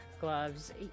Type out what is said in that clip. gloves